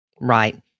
Right